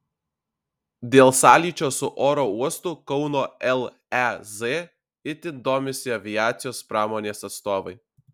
dėl sąlyčio su oro uostu kauno lez itin domisi aviacijos pramonės atstovai